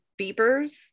beepers